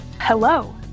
hello